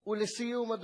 ולסיום, אדוני,